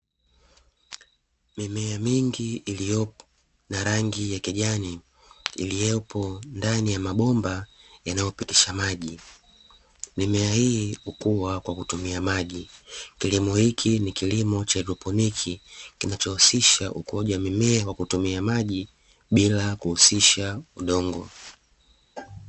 Mimea mingi iliopo na rangi ya kijani iliopo ndani ya mabomba yanayopitisha maji, mimea hii hukua kwa kutumia maji. Kilimo hiki ni kilimo cha haidroponiki kinachohusisha ukuaji wa mimea kutumia maji bila kuhusisha udongo.